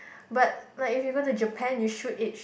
but like if you go to Japan you should eat